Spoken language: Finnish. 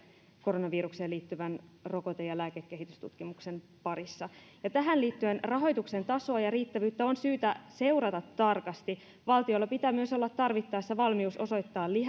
koronavirukseen liittyvän rokote ja lääkekehitystutkimuksen parissa tähän liittyen rahoituksen tasoa ja riittävyyttä on syytä seurata tarkasti valtiolla pitää myös olla tarvittaessa valmius osoittaa